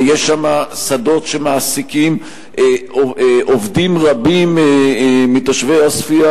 יש שם שדות שמעסיקים בהם עובדים רבים מתושבי עוספיא,